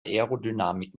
aerodynamik